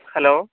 hello